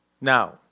Now